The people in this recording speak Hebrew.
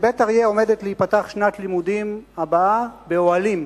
בבית-אריה עומדת להיפתח שנת הלימודים הבאה באוהלים,